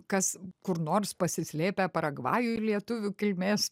kas kur nors pasislėpę paragvajuj lietuvių kilmės